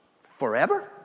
forever